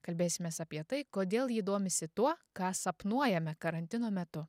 kalbėsimės apie tai kodėl ji domisi tuo ką sapnuojame karantino metu